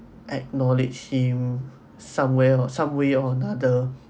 acknowledge him somewhere or some way or another